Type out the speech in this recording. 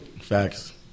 Facts